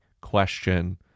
question